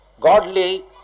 godly